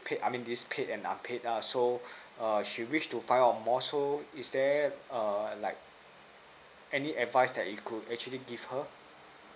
paid I mean this paid and unpaid lah so err she wish to find out more so is there err like any advise that you could actually give her